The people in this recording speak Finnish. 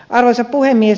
arvoisa puhemies